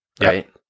right